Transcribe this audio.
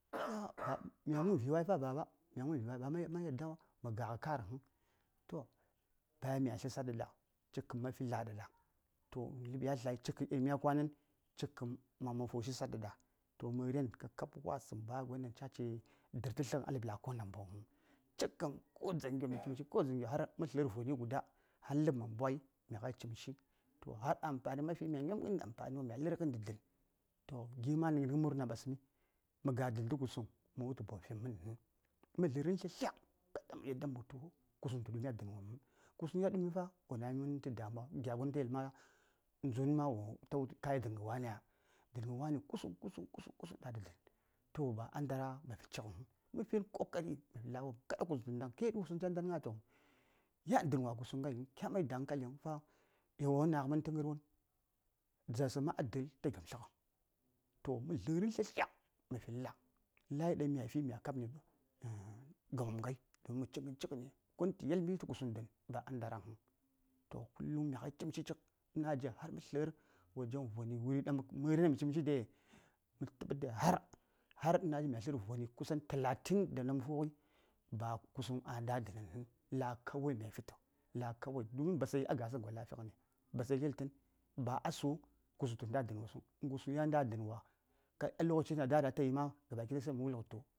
﻿ Mya wum viwai fa Baba mya wum viwai ba yadda ma gaghə karəŋ toh bayan mya tli cik kən ma fi la: ɗaɗa ləb ya tlai cikkən ɗaŋ mya kwanən cikkən a man fushi cik ɗaɗa to məren ka kab wasəŋ ba gon daŋ ca ci dərtə tləghən a ləb la: ko namboŋ huŋ cik kən dzaŋyo mi cimshi ko dzaŋyo har mə tlə:r voni guda har ləb man mbwai mighai cimshi toh har amfani man fi mya nyomgən amfani wopm mya lə:rghən ɗi dən toh gi: ma nə ghən murna ɓasmi, mə ga dən tə kusəŋ tə wultu ba wo fimmənəŋ mə dlərən tlyatlya kaɗa mə yadda mə wultu kusuŋ tə ɗumi a dənwopm huŋ kusuŋ ya ɗumi fa wo nami mən tə damuwa gya gon tayi ma dzhun wa tayi wultu kayel dənghə waniya? dənghə wani kusuŋ kusuŋ kusuŋ toh ba ndara məfi cik huŋ mə fin kokari mə fi la: wopm kada kusuŋ tə ndaŋ kya kusuŋ ca ndan gna yan dən wa kusuŋ ghai kya mai da hankalin fa wo man naghəmən tə gən won zərsə ma a də:l ta gyomtlə ghə toh mə dtlərən tlya tlya mə fin la:n ɗaŋ mya fin mya kabni gamawopm ghai don mə ci gən cighən gon tə yelmi kusuŋ ba ndara huŋ toh kullum mighai cik tə cik ina jin har mə tlər wajen voni wuri daŋ məri won ɗaŋ mi cimshi dai har har ina jin mya tlərni kusan voni talatin dan mə fughən ba kusuŋ a nda a dənan huŋ la: kawai ghan mya fitə la: kawai domin basayi a gada gos la: fighən basayi ɗankya yeltən ba a su kusuŋ tə nda a dənwos huŋ kusuŋ ya nda a dənwa kai a lokaci na da: ɗaŋ atayi ma gaba ki daya sai mə wulghə tu